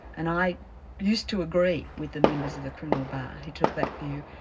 and i used to agree with the members of the criminal bar who took that view.